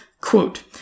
Quote